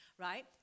right